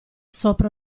sopra